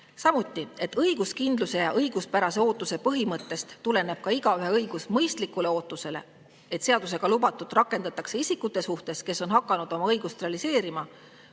et õiguskindluse ja õiguspärase ootuse põhimõttest tuleneb ka igaühe õigus mõistlikule ootusele, et seadusega lubatut rakendatakse isikute suhtes, kes on hakanud oma õigust realiseerima,